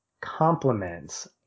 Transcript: compliments